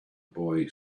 boy